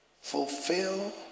fulfill